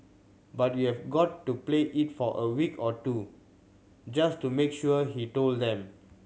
but you have got to play it for a week or two just to make sure he told them